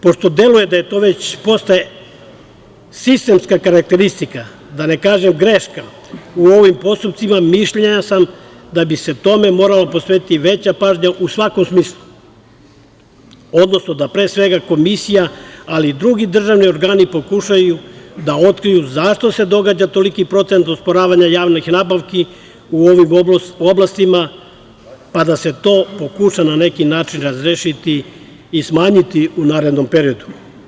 Pošto deluje da to već postaje sistemska karakteristika, da ne kažem greška, u ovim postupcima, mišljenja sam da bi se tome morala posvetiti veća pažnja u svakom smislu, odnosno da pre svega Komisija, ali i drugi državni organi pokušaju da otkriju zašto se događa toliki procenat osporavanja javnih nabavki u ovim oblastima, pa da se to pokuša na neki način razrešiti i smanjiti u narednom periodu.